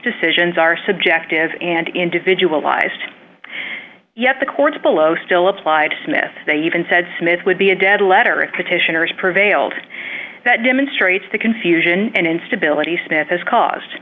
decisions are subjective and individualized yet the courts below still applied smith they even said smith would be a dead letter if petitioners prevailed that demonstrates the confusion and instability smith has caused